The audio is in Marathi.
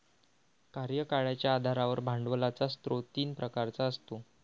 कार्यकाळाच्या आधारावर भांडवलाचा स्रोत तीन प्रकारचा असतो